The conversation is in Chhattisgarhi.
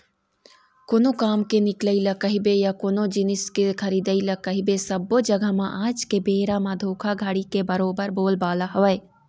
कोनो काम के निकलई ल कहिबे या कोनो जिनिस के खरीदई ल कहिबे सब्बो जघा म आज के बेरा म धोखाघड़ी के बरोबर बोलबाला हवय